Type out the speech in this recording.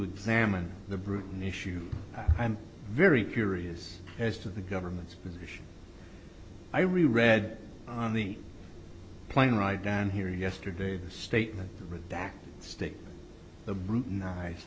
examine the bruton issue i'm very curious as to the government's position i read on the plane ride down here yesterday a statement redact states the brute nice